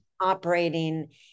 operating